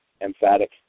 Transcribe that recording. Emphatic